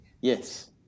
Yes